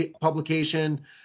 publication